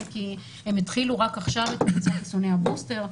כי הם התחילו רק עכשיו את מבצע חיסוני הבוסטר.